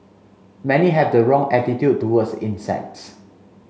many have the wrong attitude towards insects